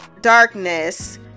darkness